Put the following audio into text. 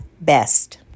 best